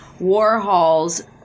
Warhol's